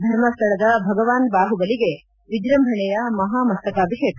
ಧರ್ಮಸ್ವಳದ ಭಗವಾನ್ ಬಾಹುಬಲಿಗೆ ವಿದೃಂಭಣೆಯ ಮಹಾಮಸ್ತಕಾಭಿಷೇಕ